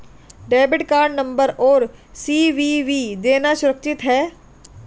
Debit card number और CVV देना सुरक्षित है?